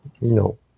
No